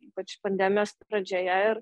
ypač pandemijos pradžioje ir